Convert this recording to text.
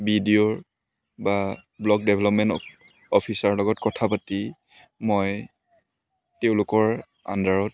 B D অ'ৰ বা block development অ' অফিচাৰৰ লগত কথা পাতি মই তেওঁলোকৰ আণ্ডাৰত